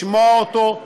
לשמוע אותו,